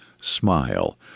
smile